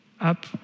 Up